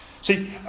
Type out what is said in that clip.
See